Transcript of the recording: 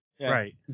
right